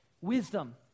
wisdom